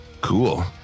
Cool